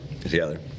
together